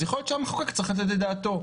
אז יכול להיות שהמחוקק צריך לתת את דעתו.